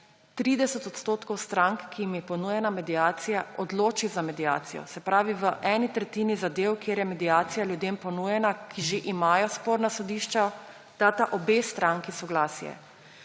30 odstotkov strank, ki jim je ponujena mediacija, odloči za mediacijo. Se pravi v eni tretjini zadev, kjer je mediacija ljudem ponujena, ki že imajo spor na sodišču, dasta obe stranki soglasje.